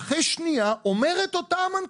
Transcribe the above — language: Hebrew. וצריך לחשוב כיצד עושים אותו בצורה